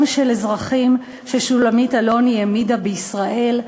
של אזרחים ששולמית אלוני העמידה בישראל,